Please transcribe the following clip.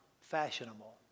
fashionable